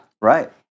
Right